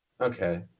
Okay